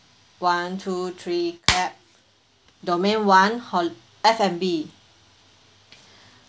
one two three clap domain one hol~ F&B